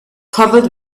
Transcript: covered